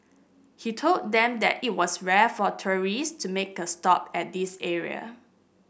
he told them that it was rare for tourists to make a stop at this area